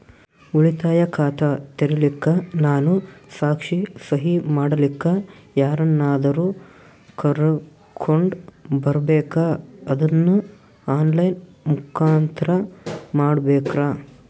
ಉಳಿತಾಯ ಖಾತ ತೆರಿಲಿಕ್ಕಾ ನಾನು ಸಾಕ್ಷಿ, ಸಹಿ ಮಾಡಲಿಕ್ಕ ಯಾರನ್ನಾದರೂ ಕರೋಕೊಂಡ್ ಬರಬೇಕಾ ಅದನ್ನು ಆನ್ ಲೈನ್ ಮುಖಾಂತ್ರ ಮಾಡಬೇಕ್ರಾ?